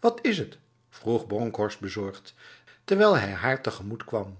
wat is het vroeg bronkhorst bezorgd terwijl hij haar tegemoetkwam